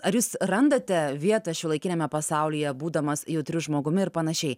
ar jūs randate vietą šiuolaikiniame pasaulyje būdamas jautriu žmogumi ir panašiai